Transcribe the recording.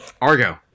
Argo